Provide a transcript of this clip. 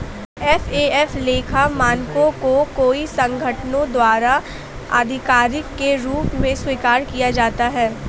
FAF लेखा मानकों को कई संगठनों द्वारा आधिकारिक के रूप में स्वीकार किया जाता है